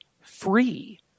free